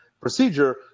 procedure